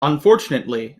unfortunately